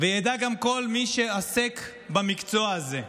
וידע גם כל מי שעוסק במקצוע הזה,